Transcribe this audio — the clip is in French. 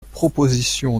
proposition